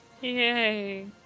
Yay